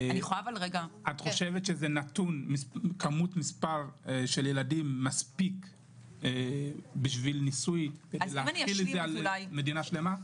את חושבת שזה נתון מספיק כדי להחיל על מדינה שלמה?